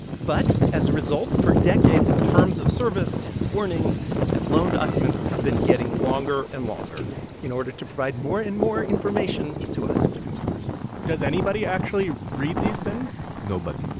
but, as a result, for decades, terms of service and warnings and loan documents have been getting longer and longer in order to provide more and more information to us, the consumers does anybody actually read these things? nobody.